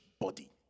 body